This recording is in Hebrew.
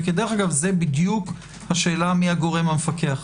וזו בדיוק השאלה מי הגורם המפקח.